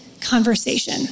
conversation